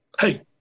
hey